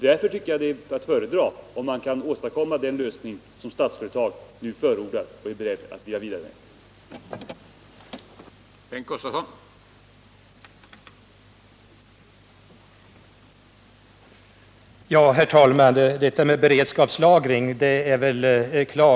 Därför tycker jag att det vore att föredra om man kunde åstadkomma den lösning som Statsföretag AB nu förordar och är berett att gå vidare med.